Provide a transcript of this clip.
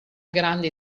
grande